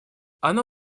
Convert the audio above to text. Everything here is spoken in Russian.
оно